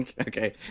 okay